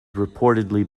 reportedly